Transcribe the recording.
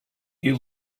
you